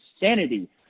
insanity